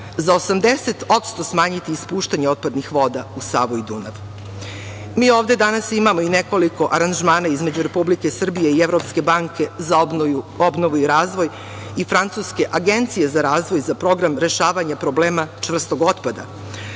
za 80% smanjiti ispuštanje otpadnih voda u Savu i Dunav. Mi ovde danas imamo i nekoliko aranžmana između Republike Srbije i Evropske banke za obnovu i razvoj i Francuske agencije za razvoj programa za rešavanje problema čvrstog otpada.